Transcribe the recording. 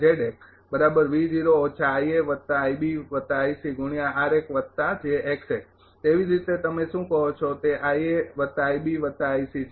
તેવી જ રીતે તમે શું કહો છો તે છે